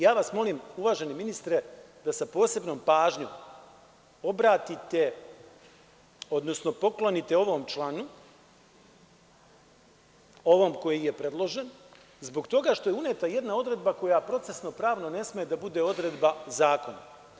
Ja vas molim, uvaženi ministre, da posebnu pažnju poklonite ovom članu, ovom koji je predložen, zbog toga što je uneta jedna odredba koja procesno-pravno ne sme da bude odredba zakona.